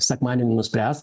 sekmadienį nuspręs